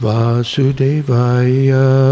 Vasudevaya